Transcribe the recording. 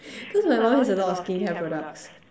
cause my mom has a lot of skin care products